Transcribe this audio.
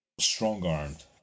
strong-armed